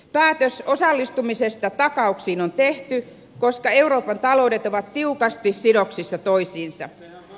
päätös osallistumisesta takauksiin on tehty koska euroopan taloudet ovat tiukasti sidoksissa toisiinsa